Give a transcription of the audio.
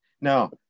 Now